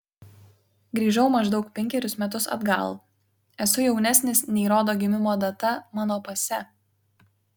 grįžau maždaug penkerius metus atgal esu jaunesnis nei rodo gimimo data mano pase